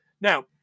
Now